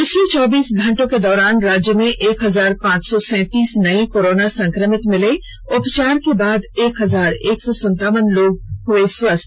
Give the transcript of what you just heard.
पिछले चौबीस घंटे के दौरान राज्य में एक हजार पांच सौ सैतीस नए कोरोना संक्रमित मिले उपचार के बाद एक हजार एक सौ संतावन लोग हुए स्वस्थ